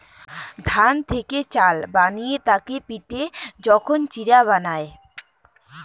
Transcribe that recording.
ধান থেকি চাল বানিয়ে তাকে পিটে যখন চিড়া বানায়